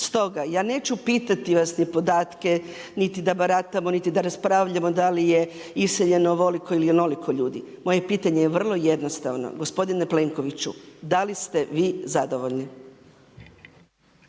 Stoga, ja neću pitati vas ni podatke, niti da baratamo, niti da raspravljamo da li je iseljeno ovoliko ili onoliko ljudi, moje pitanje je vrlo jednostavno, gospodine Plenkoviću, da li ste vi zadovoljni?